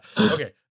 okay